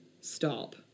Stop